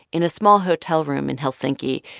in a small hotel room in helsinki,